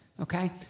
Okay